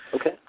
Okay